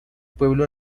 pueblo